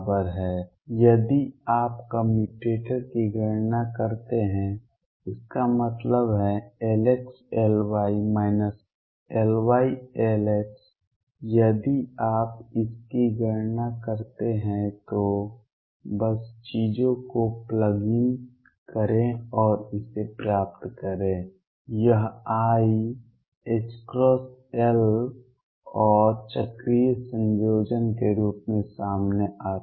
यदि आप कम्यूटेटर की गणना करते हैं इसका मतलब है Lx Ly Ly Lx यदि आप इसकी गणना करते हैं तो बस चीजों को प्लग इन करें और इसे प्राप्त करें यह iℏL और चक्रीय संयोजन के रूप में सामने आता है